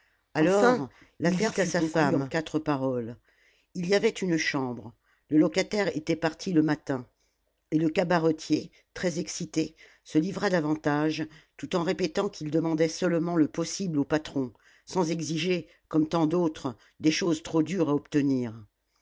alors l'affaire fut conclue en quatre paroles il y avait une chambre le locataire était parti le matin et le cabaretier très excité se livra davantage tout en répétant qu'il demandait seulement le possible aux patrons sans exiger comme tant d'autres des choses trop dures à obtenir